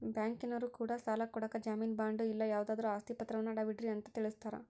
ಬ್ಯಾಂಕಿನರೊ ಕೂಡ ಸಾಲ ಕೊಡಕ ಜಾಮೀನು ಬಾಂಡು ಇಲ್ಲ ಯಾವುದಾದ್ರು ಆಸ್ತಿ ಪಾತ್ರವನ್ನ ಅಡವಿಡ್ರಿ ಅಂತ ತಿಳಿಸ್ತಾರ